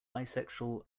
bisexual